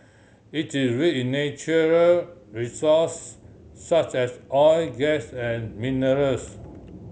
it is rich in natural resource such as oil gas and minerals